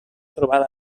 trobada